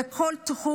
היא משתלבת בכל תחום.